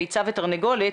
ביצה ותרנגולת,